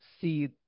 see